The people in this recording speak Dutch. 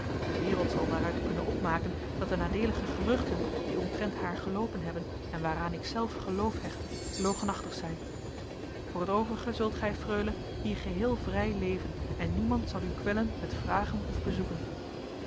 de wereld zal daaruit kunnen opmaken dat de nadeelige geruchten die omtrent haar geloopen hebben en waaraan ikzelf geloof hechtte logenachtig zijn voor t overige zult gij freule hier geheel vrij leven en niemand zal u kwellen met vragen of bezoeken